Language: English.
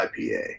IPA